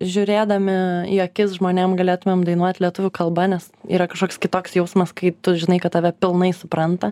žiūrėdami į akis žmonėm galėtumėm dainuot lietuvių kalba nes yra kažkoks kitoks jausmas kai tu žinai kad tave pilnai supranta